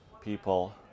people